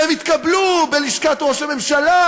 והם התקבלו בלשכת ראש הממשלה,